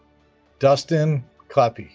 dustin kleppe yeah